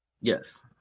yes